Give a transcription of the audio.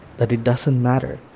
that it doesn't matter,